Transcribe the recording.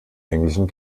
englischen